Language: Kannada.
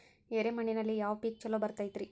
ಎರೆ ಮಣ್ಣಿನಲ್ಲಿ ಯಾವ ಪೇಕ್ ಛಲೋ ಬರತೈತ್ರಿ?